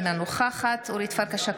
אינה נוכחת אורית פרקש הכהן,